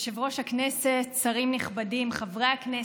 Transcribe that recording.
יושב-ראש הכנסת, שרים נכבדים, חברי הכנסת,